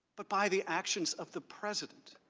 but by the actions of the president.